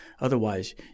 Otherwise